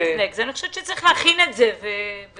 אני חושבת שצריך להכין את זה ולהציג את זה.